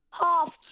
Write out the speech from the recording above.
Half